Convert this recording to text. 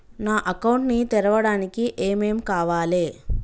నా అకౌంట్ ని తెరవడానికి ఏం ఏం కావాలే?